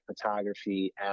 photography